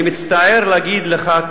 אני מצטער לומר לך,